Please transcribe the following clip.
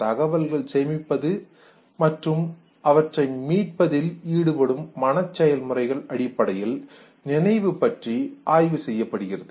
தகவல்கள் சேமிப்பது மற்றும் அவற்றை மீட்பதில் ஈடுபடும் மனச் செயல்முறைகள் அடிப்படையில் நினைவு பற்றி ஆய்வு செய்யப்படுகிறது